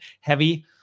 heavy